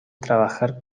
trabajar